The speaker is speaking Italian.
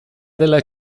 della